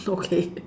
okay